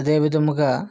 అదే విధముగా